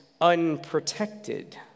unprotected